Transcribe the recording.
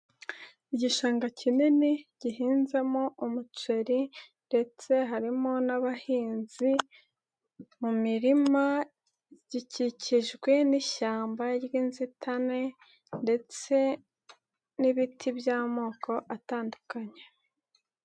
Igishanga kinini gihinzemo umuceri ndetse harimo n'abahinzi mu mirima gikikijwe n'ishyamba ry'inzitane ndetse n'ibiti by'amoko atandukanye.